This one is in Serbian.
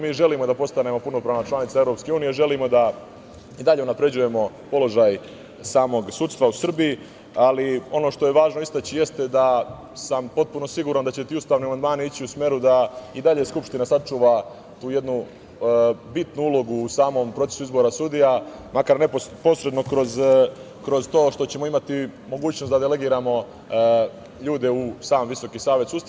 Mi želimo da postanemo punopravna članica EU, želimo da i dalje unapređujemo položaj samog sudstva u Srbiji, ali ono što je važno istaći jeste da sam potpuno siguran da će ti ustavni amandmani ići u smeru da i dalje Skupština sačuva tu jednu bitnu ulogu u samom procesu izbora sudija, makar posredno kroz to što ćemo imati mogućnost da delegiramo ljude u sam Visoki savet sudstva.